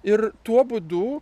ir tuo būdu